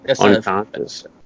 unconscious